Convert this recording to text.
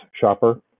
shopper